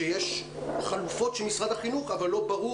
שיש חלופות של משרד החינוך אבל לא ברור